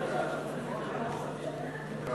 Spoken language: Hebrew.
המשותפת לוועדת החוץ והביטחון ולוועדת החוקה,